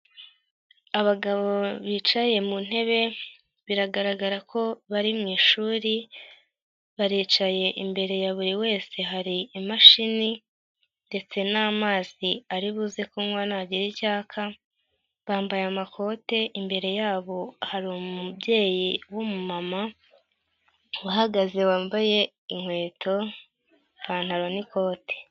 Abagabo bicaye mu ntebe, biragaragara ko bari mu ishuri, baricaye imbere ya buri wese hari imashini ndetse n'amazi ari buze kunywa nagira icyaka, bambaye amakote imbere yabo hari umubyeyi w'umumama, uhagaze wambaye inkweto, ipantaro n'ikote.